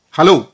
Hello